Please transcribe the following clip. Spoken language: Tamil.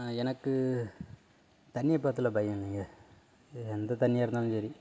எனக்கு தண்ணியை பார்த்தாலே பயம் எனக்கு எந்த தண்ணியாக இருந்தாலும் சரி